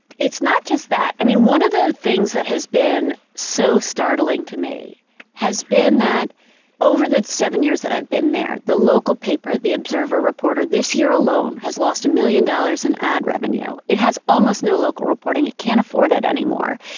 it's not just that. i mean, one of the things that has been so startling to me has been that over the seven years that i've been there, the local paper, the observer reporter, this year alone has lost a million dollars in ad revenue. it has almost no local reporting, it can't afford it anymore.